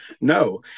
No